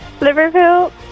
Liverpool